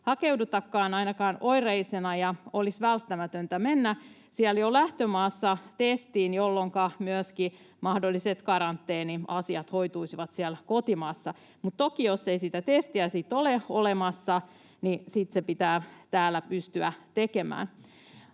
hakeudutakaan ainakaan oireisena, ja olisi välttämätöntä mennä jo siellä lähtömaassa testiin, jolloinka myöskin mahdolliset karanteeniasiat hoituisivat siellä kotimaassa. Mutta toki jos ei sitä testiä sitten ole olemassa, niin sitten se pitää täällä pystyä tekemään.